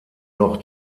noch